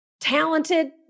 talented